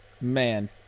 Man